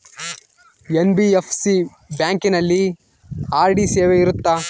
NBFC ಬ್ಯಾಂಕಿನಲ್ಲಿ RD ಸೇವೆ ಇರುತ್ತಾ?